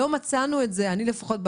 לא מצאנו את זה, אני לפחות.